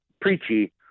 preachy